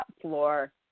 floor